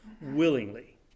willingly